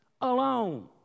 alone